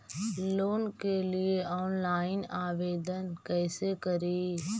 Loan के लिये online आवेदन कैसे करि?